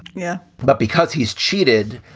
yeah, but because he's cheated,